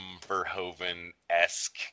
Verhoeven-esque